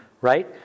Right